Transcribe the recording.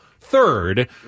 third